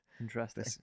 interesting